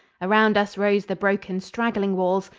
around us rose the broken, straggling walls,